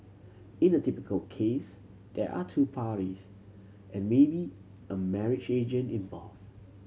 in a typical case there are two parties and maybe a marriage agent involved